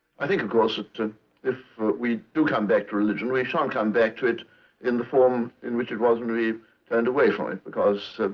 i think, of course, that and if we do come back to religion, we shan't come back to it in the form in which it was when we turned away from it. because